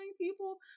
people